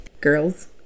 girls